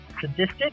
sadistic